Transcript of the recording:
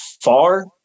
far